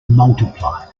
multiplied